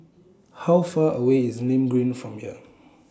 How Far away IS Nim Green from here